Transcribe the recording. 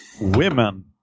Women